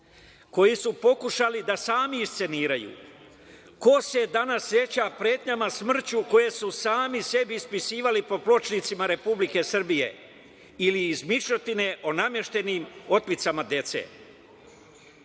koji su pokušali da sami isceniraju? Ko se danas seća pretnji smrću koje su sami sebi ispisivali po pločnicima Republike Srbije, ili izmišljotine o nameštenim otmicama